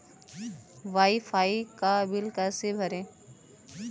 Wi fi का bill कैसे भरें?